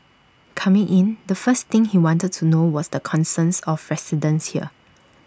coming in the first thing he wanted to know was the concerns of residents here